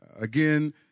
again